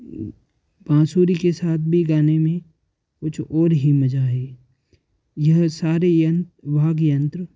बांसुरी के साथ भी गाने में कुछ और ही मज़ा है यह सारे यंत्र वाद्ययंत्र